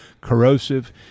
corrosive